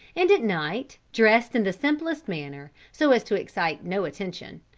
and at night, dressed in the simplest manner, so as to excite no attention,